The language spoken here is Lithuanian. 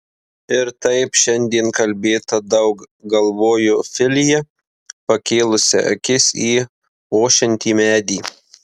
ir taip šiandien kalbėta daug galvojo filija pakėlusi akis į ošiantį medį